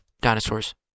dinosaurs